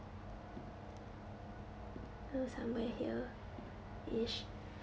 do somewhere here ish